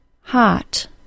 hot